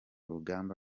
rugamba